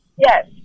Yes